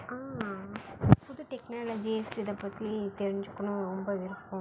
புது டெக்னாலஜிஸ் இதைப் பற்றி தெரிஞ்சுக்கணும் ரொம்ப விருப்பம்